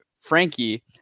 Frankie